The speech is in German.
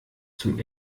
zum